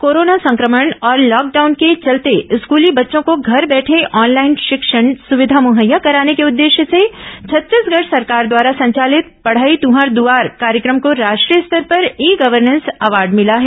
corona संक्रमण और lockdown के चलते स्कूली बच्चों को घर बैठे ऑनलाइन शिक्षण सुविधा मुहैया कराने के उद्देश्य से छत्तीसगढ़ सरकार द्वारा संचालित पढ़ई तृहर दुआर कार्यक्रम को राष्ट्रीय स्तर पर ई गर्वनेंस अवॉर्ड मिला है